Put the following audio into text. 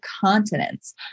continents